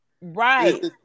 Right